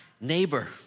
neighbor